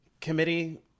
Committee